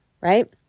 right